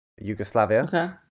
Yugoslavia